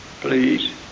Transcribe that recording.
please